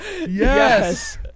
Yes